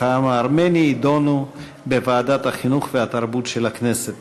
העם הארמני יידונו בוועדת החינוך והתרבות של הכנסת.